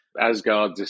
Asgard